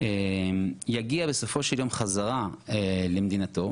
יגיע בסופו של יום חזרה למדינתו,